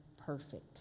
perfect